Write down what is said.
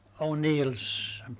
O'Neill's